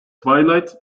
twilight